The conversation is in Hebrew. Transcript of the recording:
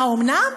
האומנם?